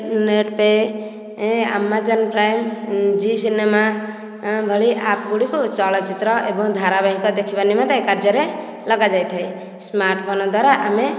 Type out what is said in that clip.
net ପେ Amazon Prime Zee cinema ଭଳି app ଗୁଡ଼ିକୁ ଚଳଚିତ୍ର ଏବଂ ଧାରାବାହିକ ଦେଖିବା ନିମନ୍ତେ କାର୍ଯ୍ୟରେ ଲଗାଯାଇଥାଏ ସ୍ମାର୍ଟ ଫୋନ ଦ୍ୱାରା ଆମେ